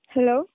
Hello